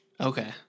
Okay